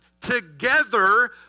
together